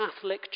Catholic